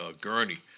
gurney